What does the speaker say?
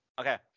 Okay